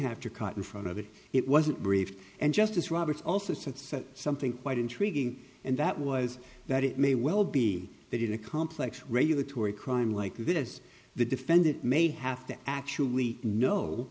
have to cut in front of it it wasn't brief and justice roberts also said said something quite intriguing and that was that it may well be that in a complex regulatory crime like this the defendant may have to actually know